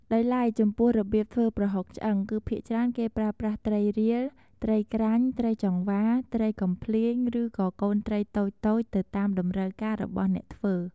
ដោយឡែក ចំពោះរបៀបធ្វើប្រហុកឆ្អឹង គឺភាគច្រើនគេប្រើប្រាស់ត្រីរៀល ត្រីក្រាញ់ ត្រីចង្វា ត្រីកំភ្លាញ ឬក៏កូនត្រីតូចៗ ទៅតាមតម្រូវការរបស់អ្នកធ្វើ។